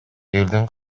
элдин